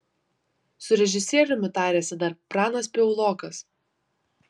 su režisieriumi tarėsi dar pranas piaulokas